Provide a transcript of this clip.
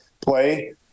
play